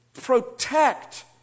protect